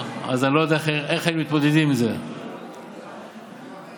עדיין אני חושבת שזאת זכות בסיסית להורים,